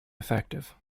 effective